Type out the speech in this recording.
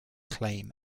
claim